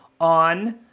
on